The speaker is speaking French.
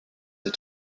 ces